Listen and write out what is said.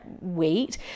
wait